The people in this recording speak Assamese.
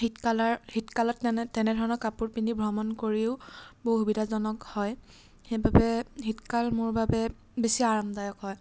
শীতকালাৰ শীতকালত তেনে তেনে ধৰণৰ কাপোৰ পিন্ধি ভ্ৰমণ কৰিও বহু সুবিধাজনক হয় সেইবাবে শীতকাল মোৰ বাবে বেছি আৰামদায়ক হয়